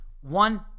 One